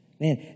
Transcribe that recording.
Man